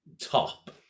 top